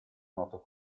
noto